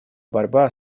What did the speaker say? борьба